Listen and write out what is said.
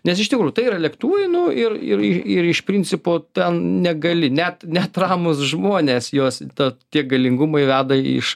nes iš tikrųjų tai yra lėktuvai nu ir ir ir iš principo ten negali net net ramūs žmonės juos ta tie galingumai veda iš